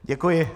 Děkuji.